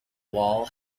wall